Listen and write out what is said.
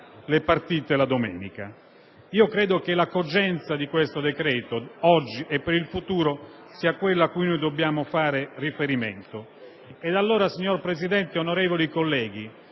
delle partite la domenica. Credo che la cogenza di questo decreto, oggi e per il futuro, sia quella a cui dobbiamo fare riferimento, e allora signor Presidente, onorevoli colleghi,